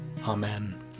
Amen